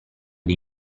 dei